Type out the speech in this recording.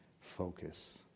focus